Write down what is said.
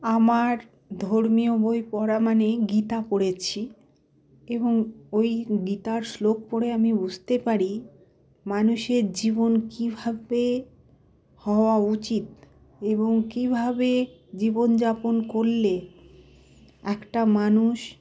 আমার ধর্মীয় বই পড়া মানে গীতা পড়েছি এবং ওই গীতার শ্লোক পড়ে আমি বুঝতে পারি মানুষের জীবন কীভাবে হওয়া উচিত এবং কীভাবে জীবনযাপন করলে একটা মানুষ